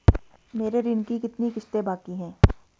मेरे ऋण की कितनी किश्तें बाकी हैं?